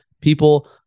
people